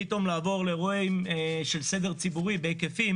פתאום לעבור לאירועים של סדר ציבורי בהיקפים